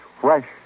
fresh